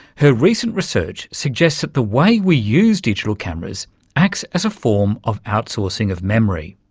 her recent research suggests that the way we use digital cameras acts as a form of outsourcing of memory.